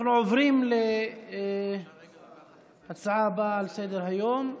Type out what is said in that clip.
אנחנו עוברים להצעה הבאה על סדר-היום,